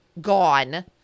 gone